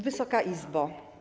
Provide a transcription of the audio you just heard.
Wysoka Izbo!